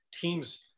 teams